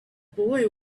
boy